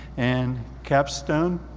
and capstone,